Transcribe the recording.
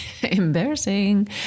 Embarrassing